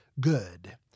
good